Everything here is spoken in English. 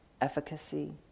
efficacy